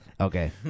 Okay